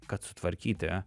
kad sutvarkyti